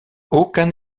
aucun